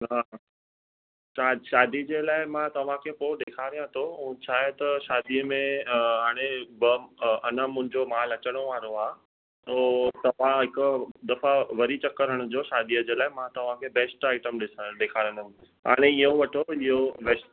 हा तव्हां शादी जे लाइ मां तव्हांखे पोइ ॾेखारियां थो ऐं छा आहे की शादीअ में अञा मुंहिंजो माल अचनि वारो आहे हो तव्हां हिकु दफ़ा वरी चक्कर हणिजो शादीअ जे लाइ मां तव्हांखे बेस्ट आइटम ॾेखारंदुमि हाणे इहो वठो इहो बेस्ट